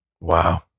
Wow